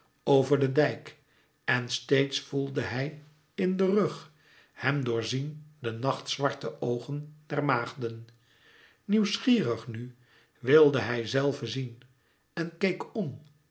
over den dijk en steeds voelde hij in den rug hem door zien de nachtzwarte oogen der maagden nieuwsgierig nu wilde hij zelve zien en keek m